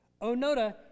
Onoda